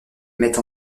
mette